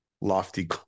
lofty